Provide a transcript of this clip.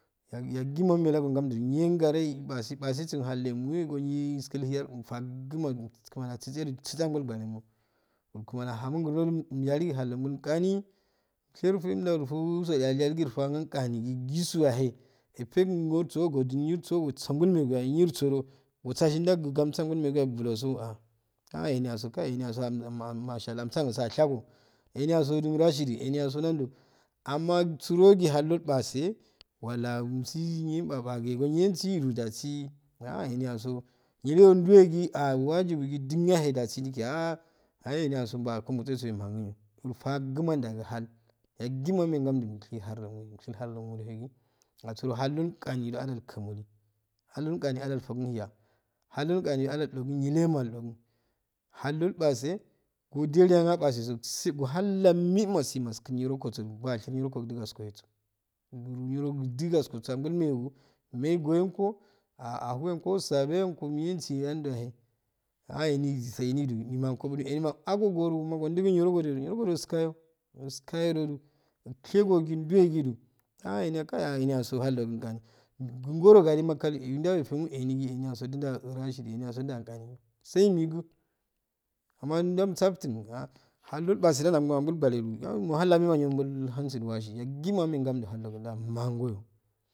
Yag yagima ahmehelaga ngamddu nyyengda yen pase pasesu halleh mo nyo nyeskihalleh fakguma gu kmani atchige atchiseye ah guwhaguko kmani hamo ngirnno imyali gani shirfu folu shiru gurfoni gani gi gisuya hey efekun gu su owdini suro asongoiyeye inyirssodo wasasun ndowgu gamgu angol negu ah bulogo ahh aha enoyago kayi ehiyaso mashalllah ashago eniyago rashidu eniyaso nando amma sirigi halddo ilpase waka nisi hiyin nyel babagu nynsi ro dasi ahah eniyaso yanllolo ndiwegu gu wajibu dunna yahu daso migugu ahah eniyaso bakumo siso inmanginyyo fakguma ndagu hall yaguma amengamdu niki halllogumo infi hallo gumo asuro haldo ganni ilha algu kime haldo gani ilfo alguhiya haldo gan nyikema lldokun halddo ilpase guleh ma ilpase sigo hallomingtiyo ogashe neskeso nyioogo dodu megiyo fogu ahuwe go fogu sabenenkum nyangi nyinde aha eniso eni saidu emankudu enima agogom mondugo niro godoli niro nirol skayo niro iskayodo ishegodu nduwdu ah ehiyaso skari eniyaso dan gano sayi nido amma ndakssaftun ah halaguma milhangu washi gagoma amehay ngamddu haloguudo amangoyo.